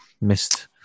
Missed